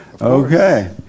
Okay